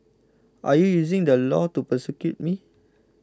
are you using the law to persecute me